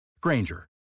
Granger